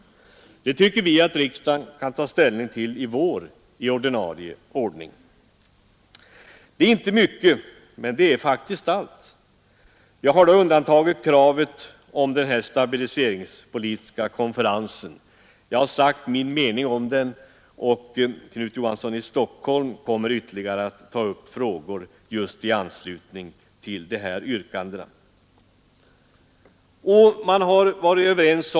Det tycker vi att riksdagen kan ta ställning till i vår i ordinarie ordning. Det är inte mycket, men det är faktiskt allt. Jag har då undantagit kravet om en stabiliseringspolitisk konferens. Jag har sagt min mening om en sådan tanke, och Knut Johansson i Stockholm kommer också att ta upp frågor i anslutning till yrkandena i detta sammanhang.